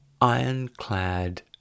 ironclad